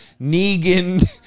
Negan